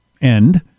end